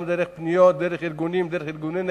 גם דרך פניות, דרך ארגונים, דרך ארגוני נכים,